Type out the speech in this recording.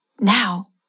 now